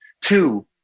Two